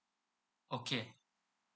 okay